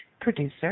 producer